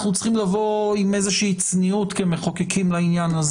צריכים לבוא עם צניעות כמחוקים לעניין.